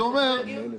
אז הם לא יגיעו.